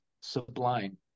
sublime